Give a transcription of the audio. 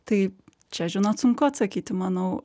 tai čia žinot sunku atsakyti manau